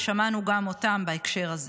ושמענו גם אותם בהקשר הזה.